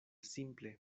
simple